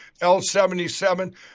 L77